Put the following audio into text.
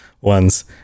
ones